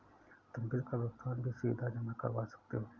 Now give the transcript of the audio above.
तुम बिल का भुगतान भी सीधा जमा करवा सकते हो